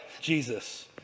Jesus